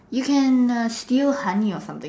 you can err steal honey or something